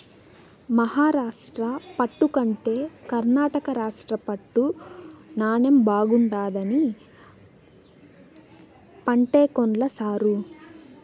మహారాష్ట్ర పట్టు కంటే కర్ణాటక రాష్ట్ర పట్టు నాణ్ణెం బాగుండాదని పంటే కొన్ల సారూ